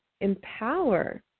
empower